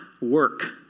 work